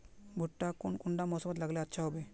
भुट्टा कौन कुंडा मोसमोत लगले अच्छा होबे?